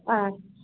ꯑꯪ